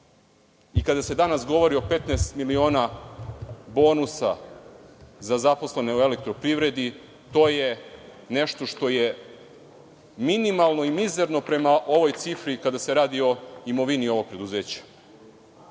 mala. Kada se danas govori o 15 miliona bonusa za zaposlene u EPS, to je nešto što je minimalno i mizerno prema ovoj cifri, kada se radi o imovini ovog preduzeća,